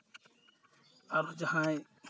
ᱟᱨ ᱡᱟᱦᱟᱸᱭ